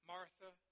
Martha